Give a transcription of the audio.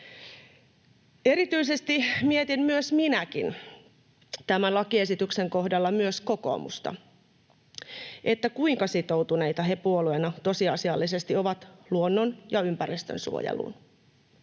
Erityisesti mietin minäkin tämän lakiesityksen kohdalla myös kokoomusta, että kuinka sitoutuneita he puolueena tosiasiallisesti ovat luonnon‑ ja ympäristönsuojeluun.